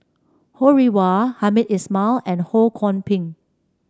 Ho Rih Hwa Hamed Ismail and Ho Kwon Ping